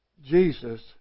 Jesus